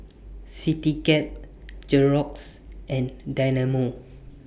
Citycab Xorex and Dynamo